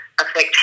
affect